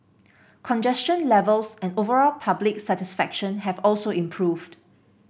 congestion levels and overall public satisfaction have also improved